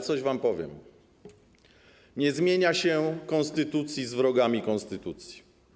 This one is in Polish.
Coś wam powiem: nie zmienia się konstytucji razem z wrogami konstytucji.